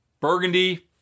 Burgundy